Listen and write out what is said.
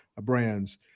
Brands